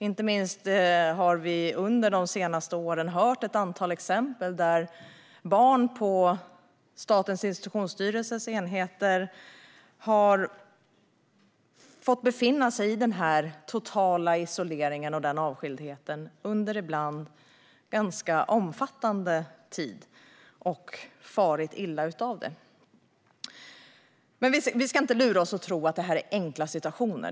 Inte minst har vi under de senaste åren fått ta del av ett antal exempel där barn på Statens institutionsstyrelses enheter har fått befinna sig i total avskildhet och isolering under ibland ganska omfattande tid och farit illa av det. Vi ska inte lura oss att tro att detta är enkla situationer.